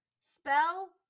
Spell